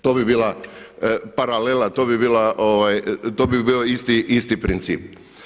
To bi bila paralela, to bi bio isti princip.